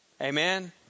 Amen